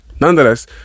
Nonetheless